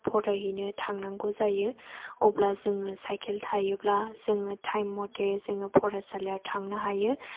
फरायहैनो थांनांगौ जायो अब्ला जोङो साइकेल थायोब्ला जोङो टाइम मथे जोङो फरायसालियाव थांनो हायो